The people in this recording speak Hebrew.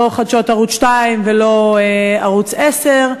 לא חדשות ערוץ 2 ולא ערוץ 10,